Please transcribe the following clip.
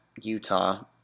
Utah